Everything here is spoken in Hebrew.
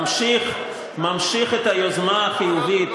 ממשיך את היוזמה החיובית,